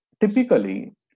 typically